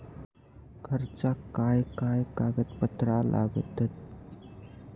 कर्जाक काय काय कागदपत्रा लागतत?